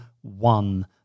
one